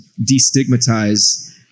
destigmatize